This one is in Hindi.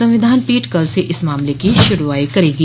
संविधान पीठ कल से इस मामले की सुनवाई शुरू करेगी